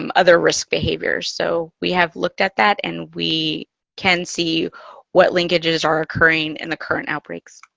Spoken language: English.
um other risk behaviors. so we have looked at that and we can see what linkages are occurring in the current outbreaks.